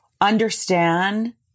understand